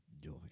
joy